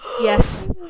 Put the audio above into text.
Yes